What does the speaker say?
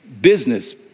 business